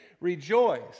rejoice